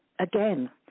again